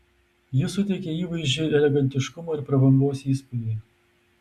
ji suteikia įvaizdžiui elegantiškumo ir prabangos įspūdį